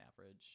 average